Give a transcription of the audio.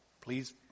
Please